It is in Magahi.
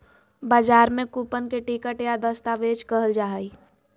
बजार में कूपन के टिकट या दस्तावेज कहल जा हइ